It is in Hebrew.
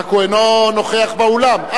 רק הוא אינו נוכח באולם.